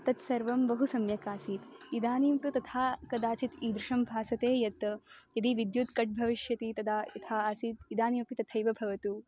तत् सर्वं बहु सम्यक् आसीत् इदानीं तु तथा कदाचित् ईदृशं भासते यत् यदि विद्युत् कट् भविष्यति तदा यथा आसीत् इदानीमपि तथैव भवतु